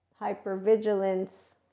hypervigilance